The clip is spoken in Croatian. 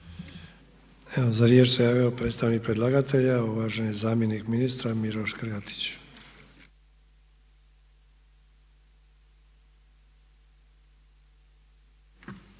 Evo za riječ se javio predstavnik predlagatelja uvaženi zamjenik ministra Miro Škrgatić.